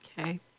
Okay